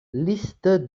liste